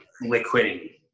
Liquidity